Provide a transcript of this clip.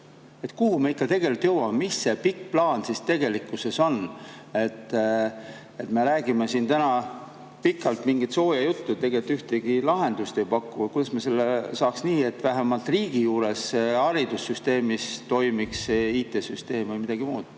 Kuhu me ikka tegelikult jõuame? Mis see pikk plaan tegelikkuses on? Me räägime siin täna pikalt mingit sooja juttu, tegelikult ühtegi lahendust ei pakuta, kuidas saaks nii, et vähemalt riigi haridus[valdkonnas] toimiks IT-süsteem või midagi muud.